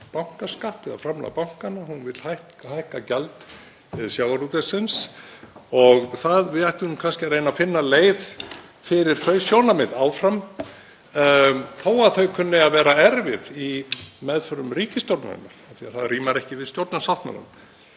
bankaskatt eða framlag bankanna, hún vill hækka gjald sjávarútvegsins og við ættum kannski að reyna að finna leið fyrir þau sjónarmið áfram þó að þau kunni að vera erfið í meðförum ríkisstjórnarinnar því að það rímar ekki við stjórnarsáttmálann.